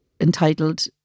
entitled